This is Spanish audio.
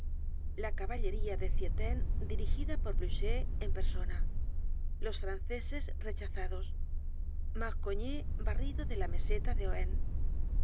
la caballería de zieten dirigida por blucher en persona los franceses rechazados marcognet barrido de la meseta de ohain